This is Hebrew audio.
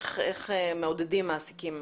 איך מעודדים מעסיקים